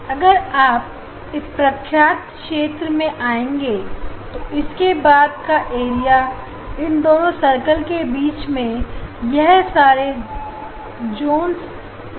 अगर आप इस प्रख्यात क्षेत्र में आएंगे तो इसके बाद का एरिया इन दोनों सर्कल के बीच में यह सारे जोंस कहलाते हैं